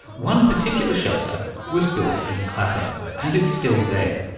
one particular shelter was built in clapham, and it's still there.